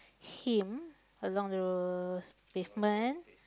him along the pavement